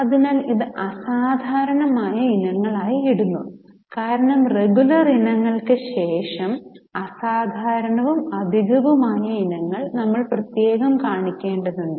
അതിനാൽ ഇത് അസാധാരണമായ ഇനങ്ങളായി ഇടുന്നു കാരണം റെഗുലർ ഇനങ്ങൾക്ക് ശേഷം അസാധാരണവും അധികവുമായ ഇനങ്ങൾ ഞങ്ങൾ പ്രത്യേകം കാണിക്കേണ്ടതുണ്ട്